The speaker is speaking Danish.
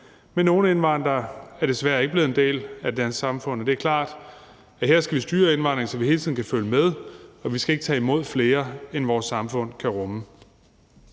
Men nogle indvandrere er desværre ikke blevet en del af det danske samfund, og det er klart, at her skal vi styre indvandringen, så vi hele tiden kan følge med, og vi skal ikke tage imod flere, end vores samfund kan rumme.